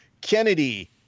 Kennedy